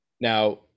Now